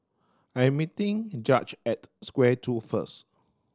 I'm meeting Judge at Square Two first